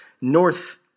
north